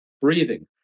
breathing